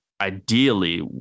ideally